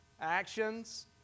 Actions